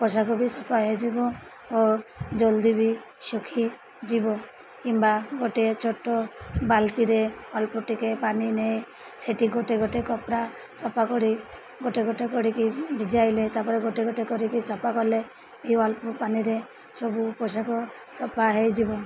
ପୋଷାକ ବି ସଫା ହେଇଯିବ ଓ ଜଲ୍ଦି ବି ଶୁଖିଯିବ କିମ୍ବା ଗୋଟେ ଛୋଟ ବାଲ୍ଟିରେ ଅଳ୍ପ ଟିକେ ପାନି ନେଇେ ସେଠି ଗୋଟେ ଗୋଟେ କପଡ଼ା ସଫା କରି ଗୋଟେ ଗୋଟେ କରିକି ଭିଜାଇଲେ ତାପରେ ଗୋଟେ ଗୋଟେ କରିକି ସଫା କଲେ ଏ ଅଳ୍ପ ପାନିରେ ସବୁ ପୋଷାକ ସଫା ହେଇଯିବ